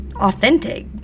authentic